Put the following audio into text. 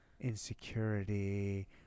insecurity